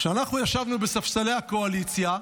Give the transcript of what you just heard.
כשאנחנו ישבנו בספסלי הקואליציה,